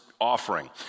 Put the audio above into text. offering